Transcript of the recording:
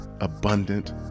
abundant